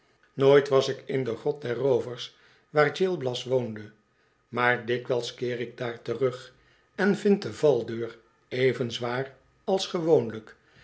nooit was ik in de grot der roovers waar oil bias woonde maar dikwijls keer ik daar terug en vind de valdeur even zwaar als gewoonlijk